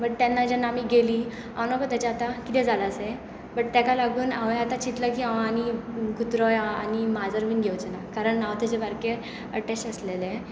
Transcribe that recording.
but तेन्ना जेन्ना आमी गेलीं हांव नकळो ताजें आतां कितें जालां तें बट ताका लागून हांवें आतां चिंतलां की हांव आनी कुत्रो वा आनी मांजर बी घेवचेंना कारण हांव ताजे सारके अटेच आशिल्लें